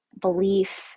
belief